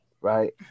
right